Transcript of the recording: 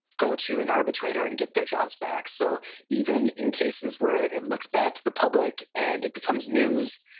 go to an arbitrator and get their jobs back. so even in cases where it looks bad to the public and it becomes news,